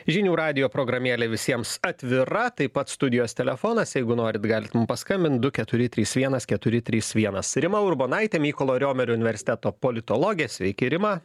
žinių radijo programėlė visiems atvira taip pat studijos telefonas jeigu norit galit mum paskambint du keturi trys vienas keturi trys vienas rima urbonaitė mykolo riomerio universiteto politologė sveiki rima